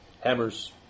Hammers